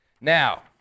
Now